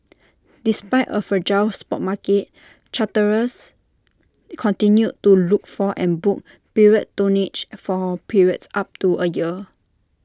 despite A fragile spot market charterers continued to look for and book period tonnage for periods up to A year